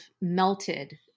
melted